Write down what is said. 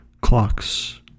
clocks